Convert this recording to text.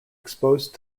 exposed